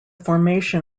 formation